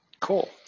Cool